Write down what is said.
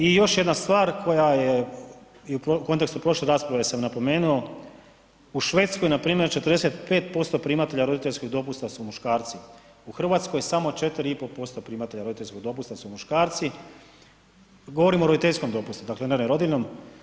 I još jedna stvar koja je, i u kontekstu prošle rasprave sam napomenuo, u Švedskoj npr. 45% primatelja roditeljskog dopusta su muškarci, u RH samo 4,5% primatelja roditeljskog dopusta su muškarci, govorimo o roditeljskom dopustu, dakle ne o rodiljnom.